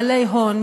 בעלי הון,